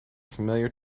familiar